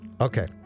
Okay